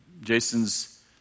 Jason's